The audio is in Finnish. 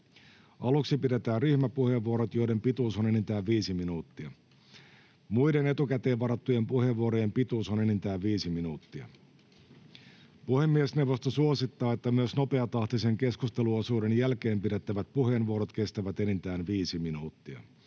Aluksi pidetään ryhmäpuheenvuorot, joiden pituus on enintään viisi minuuttia. Muiden etukäteen varattujen puheenvuorojen pituus on enintään viisi minuuttia. Puhemiesneuvosto suosittaa, että myös nopeatahtisen keskusteluosuuden jälkeen pidettävät puheenvuorot kestävät enintään viisi minuuttia.